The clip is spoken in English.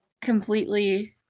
completely